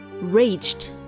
raged